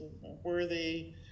worthy